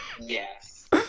Yes